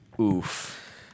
Oof